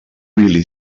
really